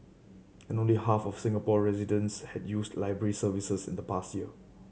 and only half of Singapore residents had used library services in the past year